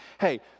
Hey